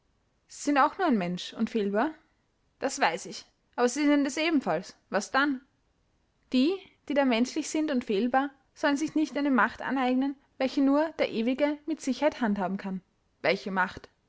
sie sind auch nur ein mensch und fehlbar das weiß ich aber sie sind es ebenfalls was dann die die da menschlich sind und fehlbar sollten sich nicht eine macht aneignen welche nur der ewige mit sicherheit handhaben kann welche macht